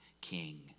king